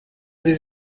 sie